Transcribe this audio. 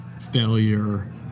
failure